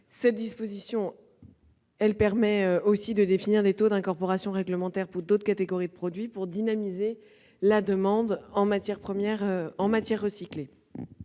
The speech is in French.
Cette disposition permet aussi de définir les taux d'incorporation réglementaires pour d'autres catégories de produits, afin de dynamiser la demande en matières recyclées.